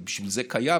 ובשביל זה הוא קיים,